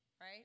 Right